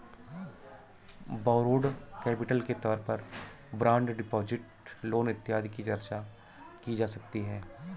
borrowed capital के तौर पर बॉन्ड डिपॉजिट लोन इत्यादि की चर्चा की जा सकती है